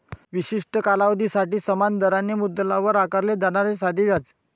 विशिष्ट कालावधीसाठी समान दराने मुद्दलावर आकारले जाणारे साधे व्याज